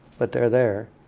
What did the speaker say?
but they're there.